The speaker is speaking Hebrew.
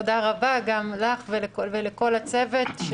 תודה רבה גם לך ולכל הצוות,